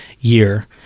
year